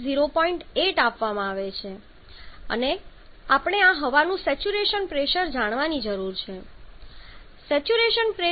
8 આપવામાં આવે છે અને આપણે આ હવાનું સેચ્યુરેશન પ્રેશર જાણવાની જરૂર છે સેચ્યુરેશન પ્રેશર 20 0C અનુરૂપ છે